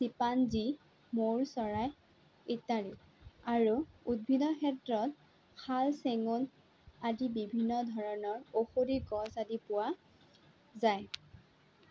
chimpanzee মৌৰ চৰাই ইত্যাদি আৰু উদ্ভিদৰ ক্ষেত্ৰত শাল চেগুন আদি বিভিন্ন ধৰণৰ ঔষধি গছ আদি পোৱা যায়